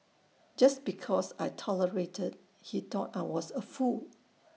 just because I tolerated he thought I was A fool